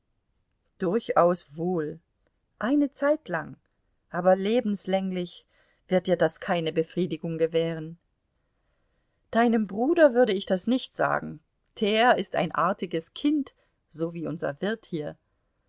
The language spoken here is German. durchaus wohl eine zeitlang aber lebenslänglich wird dir das keine befriedigung gewähren deinem bruder würde ich das nicht sagen der ist ein artiges kind so wie unser wirt hier